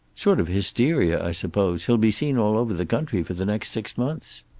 sort of hysteria, i suppose. he'll be seen all over the country for the next six months.